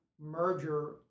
merger